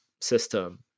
system